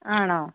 ആണോ